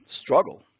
struggle